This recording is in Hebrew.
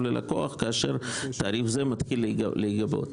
ללקוח כאשר תעריף זה מתחיל להיגבות".